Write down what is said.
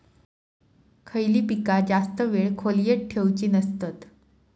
खयली पीका जास्त वेळ खोल्येत ठेवूचे नसतत?